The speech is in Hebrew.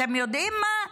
אתם יודעים מה?